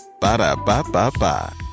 Ba-da-ba-ba-ba